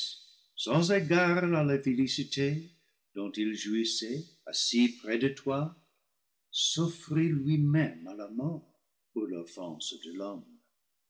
dont il jouissait assis près de toi s'offrit lui-même à la mort pour l'offense de l'homme